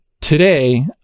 today